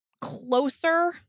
closer